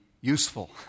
useful